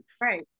right